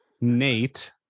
Nate